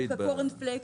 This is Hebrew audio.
חוק הקורנפלקס.